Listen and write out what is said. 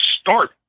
start